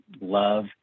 love